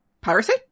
piracy